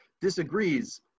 disagrees